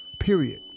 Period